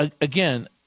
again